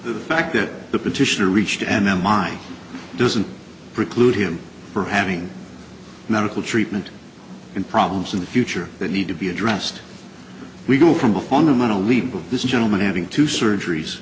the fact that the petitioner reached and now mine doesn't preclude him from having medical treatment and problems in the future that need to be addressed we go from a fundamental leap of this gentleman having two surgeries